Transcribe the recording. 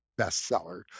bestseller